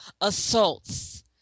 assaults